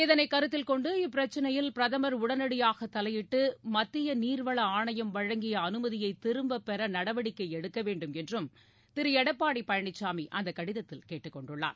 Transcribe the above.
இதனை கருத்தில் கொண்டு இப்பிரச்னையில் பிரதமர் உடனடியாக தலையிட்டு மத்திய நீர்வள ஆணையம் வழங்கிய அனுமதியை திரும்பப்பெற நடவடிக்கை எடுக்கவேண்டும் என்றும் திரு எடப்பாடி பழனிசாமி அந்த கடிதத்தில் கேட்டுக்கொண்டுள்ளார்